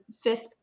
fifth